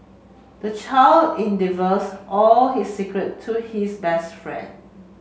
the child in divulges all his secret to his best friend